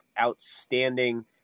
outstanding